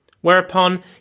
whereupon